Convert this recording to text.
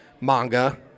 manga